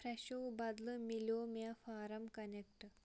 فرٛٮ۪شو بدلہٕ مِلٮ۪و مےٚ فارم کنٮ۪کٹ